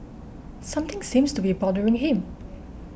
something seems to be bothering him